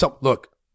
Look